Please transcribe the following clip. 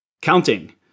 counting